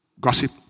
Gossip